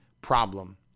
problem